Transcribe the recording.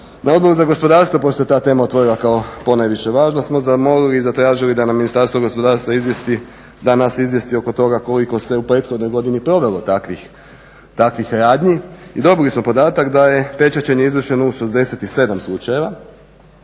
Na Odboru za gospodarstvu postoji ta tema otvorila kao ponajviše važna smo zamolili i zatražili da nam Ministarstvo gospodarstva, da nas izvijesti oko toga koliko se u prethodnoj godini proveli takvih radnji i dobili smo podatak da je pečaćenje izvršeno u 67 slučajeva